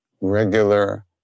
regular